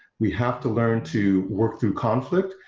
we have to learn to work through conflict,